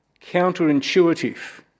counterintuitive